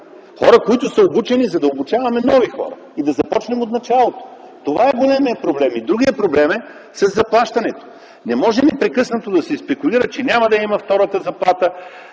хора, които са обучени, за да обучаваме нови хора и да започнем от началото. Това е големият проблем. Другият проблем е със заплащането. Не може непрекъснато да се спекулира, че няма да я има втората заплата.